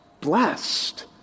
blessed